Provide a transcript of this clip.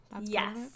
Yes